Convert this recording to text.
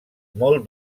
molt